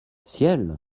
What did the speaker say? ciel